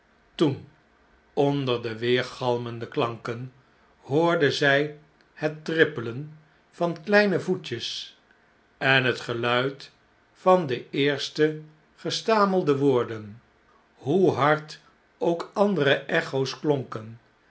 toen onder de weergalmende klanken hoorde zg het trippelen van kleine voetjes en het geluid van de eerste gestamelde woorden hoe hard ook andere echo's klonken